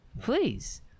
please